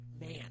man